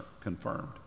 confirmed